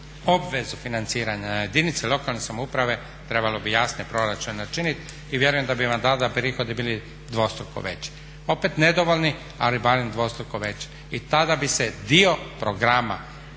obvezu financiranja na jedinice lokalne samouprave trebalo bi jasne proračune načiniti i vjerujem da bi vam tada prihodi bili dvostruko veći, opet nedovoljni ali barem dvostruko veći. I tada bi se dio programa